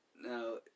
Now